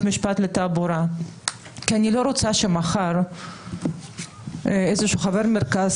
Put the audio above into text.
המשפט לתעבורה כי אני לא רוצה שמחר איזשהו חבר מרכז